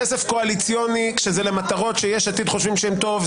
כסף קואליציוני שהוא למטרות שיש עתיד חושבים שהן טובות,